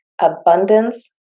Abundance